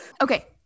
okay